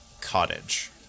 cottage